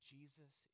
Jesus